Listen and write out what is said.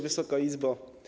Wysoka Izbo!